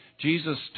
Jesus